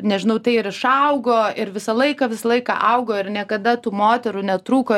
nežinau tai ir išaugo ir visą laiką visą laiką augo ir niekada tų moterų netrūko